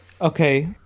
Okay